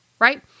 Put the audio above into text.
right